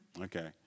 Okay